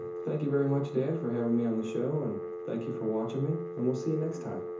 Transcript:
thank you very much dad for having me on the show and thank you for watching me and we'll see you next time.